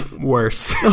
Worse